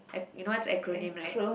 ac~ you know what's acronym right